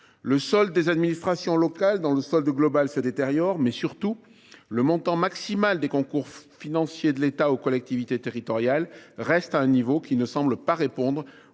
Le solde des administrations locales dans le solde global se détériore. Surtout, le montant maximal des concours financiers de l’État aux collectivités territoriales reste à un niveau qui ne semble pas répondre